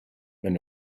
wenn